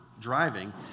driving